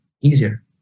easier